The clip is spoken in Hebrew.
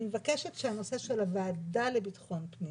אני מבקשת שהנושא של הוועדה לביטחון פנים,